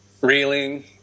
reeling